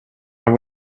and